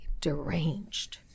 deranged